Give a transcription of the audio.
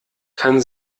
kann